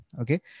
Okay